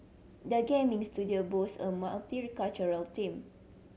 the gaming studio boast a multicultural team